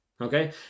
Okay